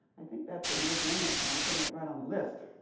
i think that's a no-brainer. so i'm putting it right on the list.